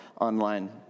online